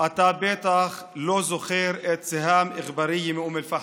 אתה בטח לא זוכר את סיהאם אגברייה מאום אל-פחם,